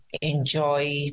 enjoy